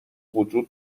وجود